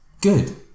good